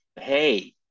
hey